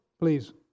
please